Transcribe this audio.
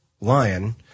Lion